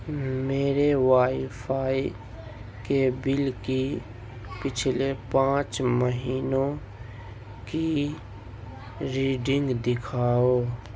میرے wifi کے bill کی پچھلے پانچ مہینوں کی ریڈنگ دکھاؤ